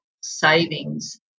savings